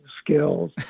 skills